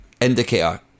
indicator